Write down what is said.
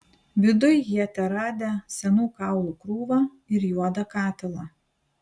viduj jie teradę senų kaulų krūvą ir juodą katilą